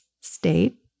state